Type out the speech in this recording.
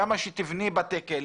כמה שתבני בתי כלא,